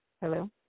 Hello